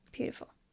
beautiful